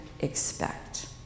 expect